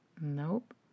Nope